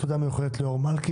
תודה מיוחדת לידידינו אור מלכי